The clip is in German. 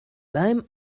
beim